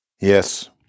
Yes